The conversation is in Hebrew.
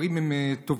הדברים הם טובים,